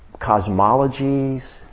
cosmologies